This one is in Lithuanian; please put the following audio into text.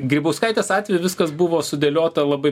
grybauskaitės atveju viskas buvo sudėliota labai